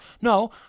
No